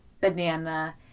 banana